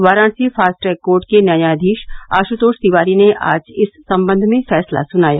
Varanasi fast track court के न्यायाधीश आशुतोष तिवारी ने आज इस संबंध में फैसला सुनाया